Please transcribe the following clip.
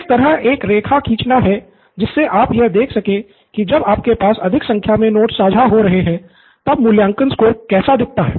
इस तरह एक रेखा खींचना है जिससे आप यह देख सके कि जब आपके पास अधिक संख्या में नोट्स साझा हो रहे है तब मूल्यांकन स्कोर कैसा दिखता है